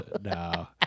no